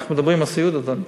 אנחנו מדברים על סיעוד, אדוני.